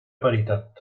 veritat